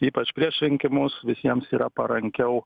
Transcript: ypač prieš rinkimus visiems yra parankiau